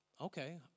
okay